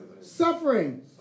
Suffering